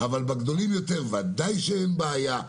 אבל בגילים הבוגרים יותר ודאי שאין בעיה.